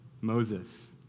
Moses